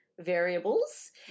variables